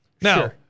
Now